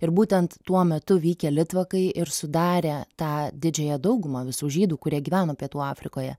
ir būtent tuo metu vykę litvakai ir sudarę tą didžiąją daugumą visų žydų kurie gyveno pietų afrikoje